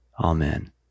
Amen